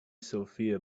sophia